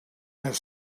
have